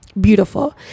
Beautiful